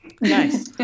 Nice